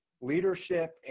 leadership